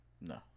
No